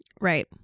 Right